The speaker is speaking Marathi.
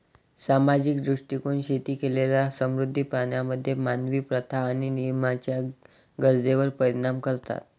सामाजिक दृष्टीकोन शेती केलेल्या समुद्री प्राण्यांमध्ये मानवी प्रथा आणि नियमांच्या गरजेवर परिणाम करतात